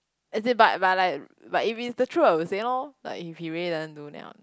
as in but but like but if it's the truth I'll say lor like if he really doesn't do then I'll